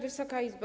Wysoka Izbo!